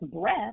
breath